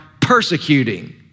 persecuting